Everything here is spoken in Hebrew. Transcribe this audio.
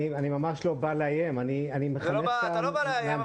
אני ממש לא בא לאיים --- אתה לא בא לאיים,